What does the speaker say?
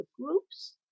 groups